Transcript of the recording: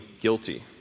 guilty